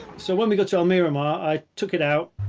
so when we got to almerimar i took it out.